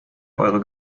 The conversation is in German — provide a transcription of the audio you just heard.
eure